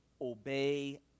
Obey